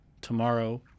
Tomorrow